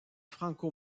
franco